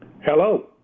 Hello